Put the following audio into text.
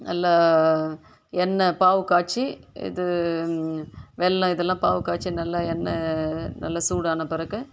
நல்லா எண்ணெய் பாகு காய்ச்சி இது வெல்லம் இதெல்லாம் பாகு காய்ச்சி நல்லா எண்ணெய் நல்லா சூடான பிறகு